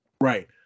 right